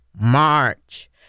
march